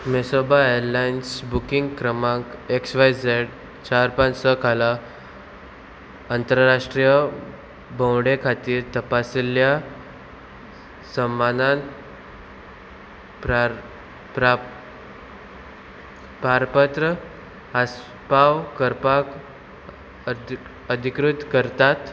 Mesaba Airlines booking क्रमांक X Y Z चार पांच स खाला अंतरराष्ट्रीय भोंवडे खातीर तपासिल्ल्या सम्मानान प्रार प्रा पारपत्र आस्पाव करपाक अधि अधिकृत करतात